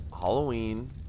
Halloween